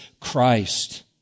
Christ